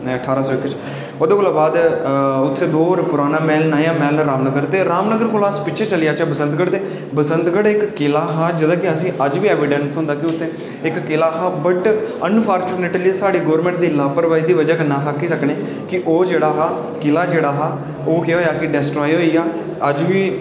अठाहरां सौ इक च ओह्दे कोला बाद उत्थै दौर ते रामनगर रामनगर कोला अस पिच्छे चली जाचै ते डूड्डू बसंत गढ़ ते बसंत गढ़ इक किला हा अज्ज बी ऐविडैसं थ्होंदा उत्थै कि इक किला हा बट्ट अनफार्चूनेटली गोरमैंट दी लापरवाही कन्नै ओह् किला जेह्ड़ा हा डिस्ट्राय होई गेआ